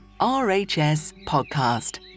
RHSPODCAST